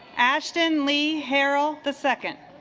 ashton lee harold the second